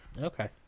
Okay